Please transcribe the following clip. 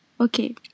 Okay